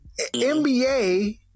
NBA